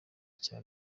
cya